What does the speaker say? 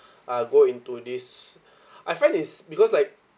uh go into this I felt it's because like